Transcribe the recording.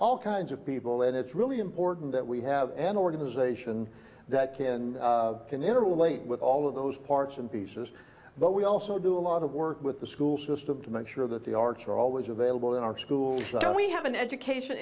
all kinds of people and it's really important that we have an organization that can tune into late with all of those parts and pieces but we also do a lot of work with the school system to make sure that the arts are always available in our schools we have an education